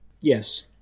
Yes